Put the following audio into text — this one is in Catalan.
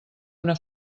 una